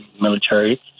military